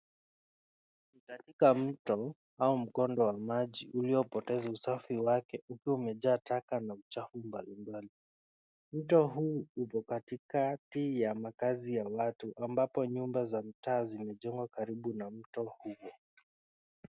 Katika mto au mkondo wa maji uliopoteza usafi wake ukiwa umejaa taka na uchafu mbalimbali. Mto huu upo katikati ya makazi ya watu ambapo nyumba za mtaa zimejengwa karibu na mto huo.